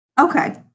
Okay